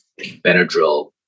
Benadryl